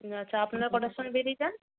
আচ্ছা আপনারা কটার সময় বেরিয়ে যান